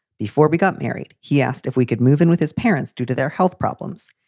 before we got married, he asked if we could move in with his parents due to their health problems.